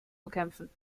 bekämpfen